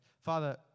Father